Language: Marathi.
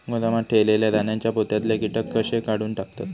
गोदामात ठेयलेल्या धान्यांच्या पोत्यातले कीटक कशे काढून टाकतत?